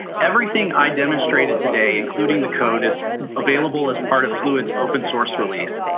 everything i demonstrated today, including the code is available as part of fluids open source release.